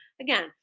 again